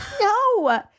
No